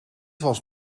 was